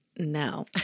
No